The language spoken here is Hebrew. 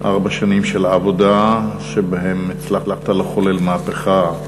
ארבע שנים של עבודה, שבהן הצלחת לחולל מהפכה,